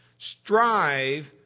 Strive